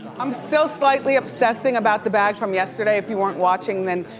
i'm still slightly obsessing about the bag from yesterday. if you weren't watching then,